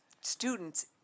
students